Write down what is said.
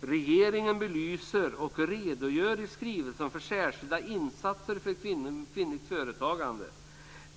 Regeringen belyser och redogör i skrivelsen för särskilda insatser för kvinnligt företagande.